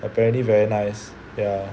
apparently very nice ya